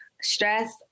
stress